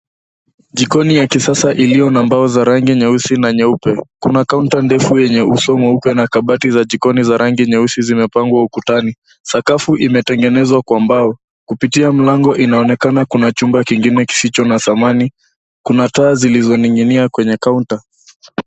Jikoni ya kisasa iliyo na mbao za rangi nyeusi na nyeupe. Kuna kaunta ndefu yenye uso mweupe na kabati za jikoni za rangi nyeusi zimepangwa ukutani. Sakafu imetengenezwa kwa mbao. Kupitia mlango inaonekana kuna chumba kingine kisicho na thamani. Kuna taa zilizoning'inia kwenye kaunta.